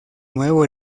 nuevo